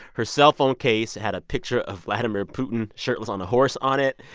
her cellphone case had a picture of vladimir putin shirtless on a horse on it.